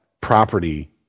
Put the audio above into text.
property